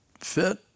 fit